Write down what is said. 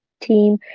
team